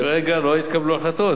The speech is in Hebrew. כרגע לא התקבלו החלטות.